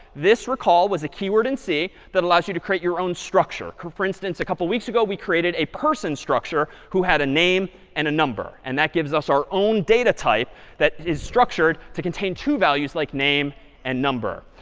this recall was a keyword in c that allows you to create your own structure. for for instance, a couple of weeks ago, we created a person structure, who had a name and a number. and that gives us our own data type that is structured to contain two values, like name and number.